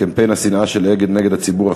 קמפיין השנאה של "אגד" נגד הציבור החרדי.